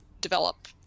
develop